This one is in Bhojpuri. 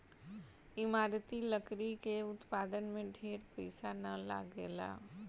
इमारती लकड़ी के उत्पादन में ढेर पईसा ना लगेला